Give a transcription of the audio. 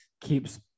keeps